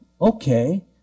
okay